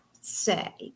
say